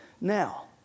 now